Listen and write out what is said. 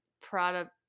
product